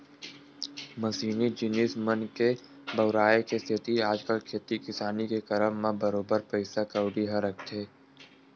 मसीनी जिनिस मन के बउराय के सेती आजकल खेती किसानी के करब म बरोबर पइसा कउड़ी ह लगथे